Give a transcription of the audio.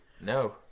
No